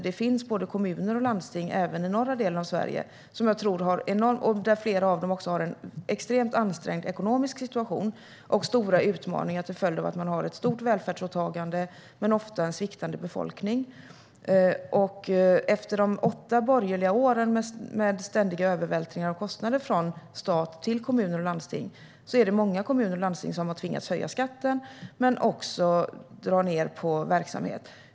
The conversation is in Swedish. Det finns både kommuner och landsting i norra delen av Sverige som har en extremt ansträngd ekonomisk situation och stora utmaningar till följd av att man har ett stort välfärdsåtagande men ofta en sviktande befolkningsmängd. Efter de åtta borgerliga åren med ständiga övervältringar och kostnader från stat till kommuner och landsting är det många kommuner och landsting som har tvingats höja skatten och dra ned på verksamhet.